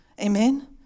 Amen